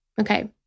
Okay